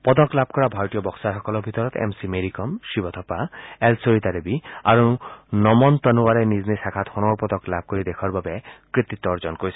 পদক লাভ কৰা ভাৰতীয় বক্সাৰসকলৰ ভিতৰত M C Mary Kom Shiva Thapa L Sarita Devi আৰু নমন তনৱাৰে নিজ নিজ শাখাত সোণৰ পদক লাভ কৰি দেশৰ বাবে কৃতিত্ব অৰ্জন কৰিছে